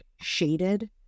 shaded